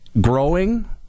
growing